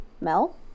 Mel